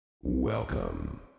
Welcome